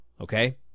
Okay